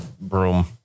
broom